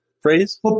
phrase